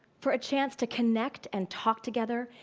for a chance to connect and talk together,